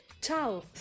Ciao